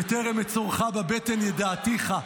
"בטרם אצֹרְךָ בבטן ידעתיך".